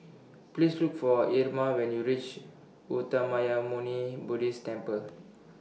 Please Look For Irma when YOU REACH Uttamayanmuni Buddhist Temple